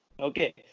Okay